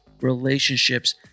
relationships